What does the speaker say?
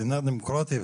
מדינה דמוקרטית.